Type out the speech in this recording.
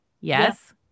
Yes